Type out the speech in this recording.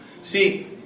See